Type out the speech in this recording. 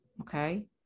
okay